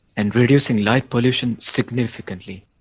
and reducing light pollution significantly.